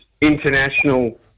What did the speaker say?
international